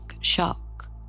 shock